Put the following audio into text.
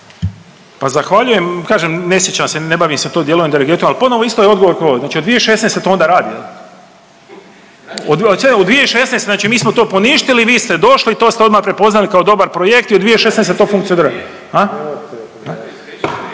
Pa zahvaljujem, kažem ne sjećam se, ne bavim se to djeluje inteligentno. Ali ponovno je isti odgovor kao i ovaj. Znači od 2016. se to onda radi? Od 2016. znači mi smo to poništili, vi ste došli i to ste odmah prepoznali kao dobar projekt i od 2016. to funkcionira?